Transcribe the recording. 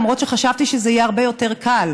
למרות שחשבתי שזה יהיה הרבה יותר קל.